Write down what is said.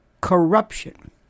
corruption